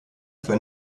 für